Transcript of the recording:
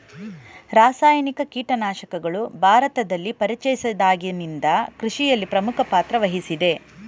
ರಾಸಾಯನಿಕ ಕೀಟನಾಶಕಗಳು ಭಾರತದಲ್ಲಿ ಪರಿಚಯಿಸಿದಾಗಿನಿಂದ ಕೃಷಿಯಲ್ಲಿ ಪ್ರಮುಖ ಪಾತ್ರ ವಹಿಸಿವೆ